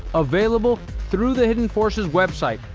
available through the hidden forces website,